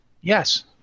yes